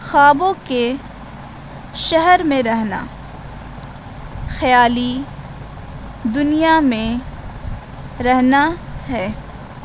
خوابوں کے شہر میں رہنا خیالی دنیا میں رہنا ہے